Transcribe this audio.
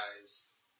guys